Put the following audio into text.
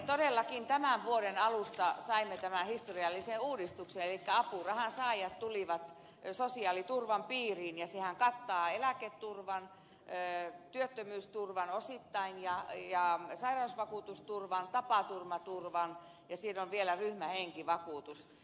todellakin tämän vuoden alusta saimme tämän historiallisen uudistuksen elikkä apurahansaajat tulivat sosiaaliturvan piiriin ja sehän kattaa eläketurvan työttömyysturvan osittain ja sairausvakuutusturvan tapaturmaturvan ja siinä on vielä ryhmähenkivakuutus